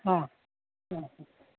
હા હ હ હ